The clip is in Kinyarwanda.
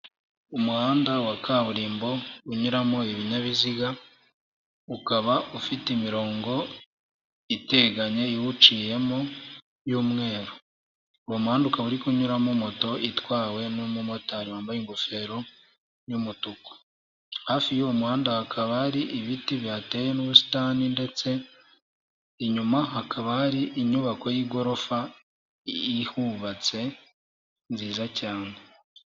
Umuhanda wa kaburimbo unyuramo ibinyabiziga, ukaba ufite imirongo iteganye iwuciyemo y'umweru. Uwo muhanda ukaba uri kunyuramo moto itwawe n'umumotari wambaye ingofero y'umutuku. Hafi y'uwo muhanda hakaba hari ibiti bihateye n'ubusitani, ndetse inyuma hakaba hari inyubako y'igorofa ihubatse nziza cyane.